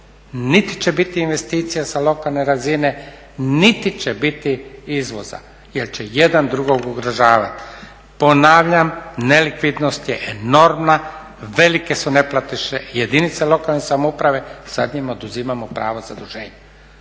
Niti će biti investicija sa lokalne razine niti će biti izvoza jel će jedan drugog ugrožavati. Ponavljam, nelikvidnost je enormna, velike su neplatiše jedinice lokalne samouprave sada im oduzimamo pravo zaduženja.